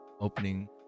opening